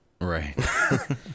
Right